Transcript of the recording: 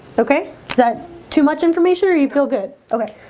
okay, is that too much information or you feel good? okay